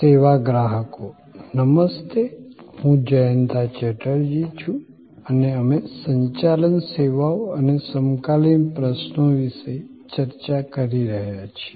સેવા ગ્રાહકો નમસ્તે હું જયંતા ચેટર્જી છું અને અમે સંચાલન સેવાઓ અને સમકાલીન પ્રશ્નો વિશે ચર્ચા કરી રહ્યા છીએ